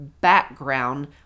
background